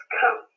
come